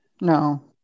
No